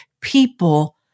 people